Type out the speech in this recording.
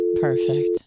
Perfect